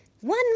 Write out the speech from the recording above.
one